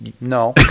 No